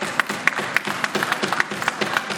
החוצה, פישלתם.